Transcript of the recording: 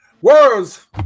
Words